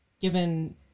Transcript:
given